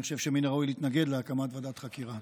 אני חושב שמן הראוי להתנגד להקמת ועדת חקירה.